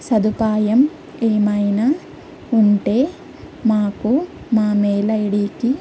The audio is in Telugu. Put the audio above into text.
సదుపాయం ఏమైనా ఉంటే మాకు మా మెయిల్ ఐడకి